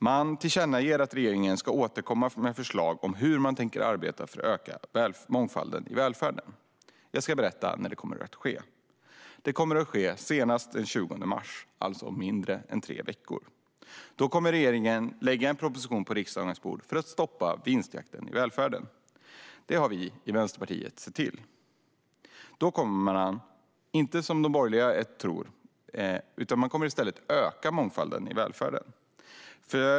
Man tillkännager att regeringen ska återkomma med förslag på hur man tänker arbeta för att öka mångfalden i välfärden. Jag ska berätta när det kommer att ske. Det kommer att ske senast den 20 mars, alltså om mindre än tre veckor. Då kommer regeringen att lägga en proposition på riksdagens bord för att stoppa vinstjakten i välfärden. Det har vi i Vänsterpartiet sett till. Då kommer man, till skillnad från vad de borgerliga tror, att öka mångfalden i välfärden.